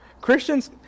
Christians